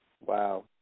Wow